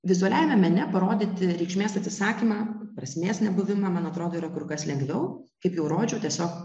vizualiajame mene parodyti reikšmės atsisakymą prasmės nebuvimą man atrodo yra kur kas lengviau kaip jau rodžiau tiesiog